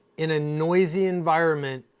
in a noisy environment,